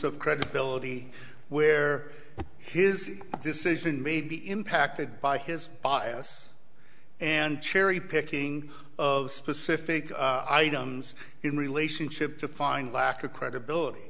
of credibility where his decision may be impacted by his bias and cherry picking of specific items in relationship to find lack of credibility